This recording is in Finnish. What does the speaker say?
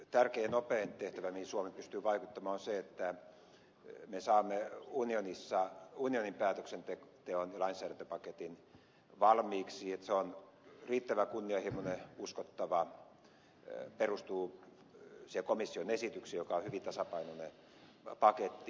tärkein ja nopein tehtävä mihin suomi pystyy vaikuttamaan on se että me saamme unionin päätöksenteon lainsäädäntöpaketin valmiiksi että se on riittävän kunnianhimoinen uskottava perustuu siihen komission esitykseen joka on hyvin tasapainoinen paketti